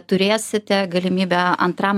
turėsite galimybę antram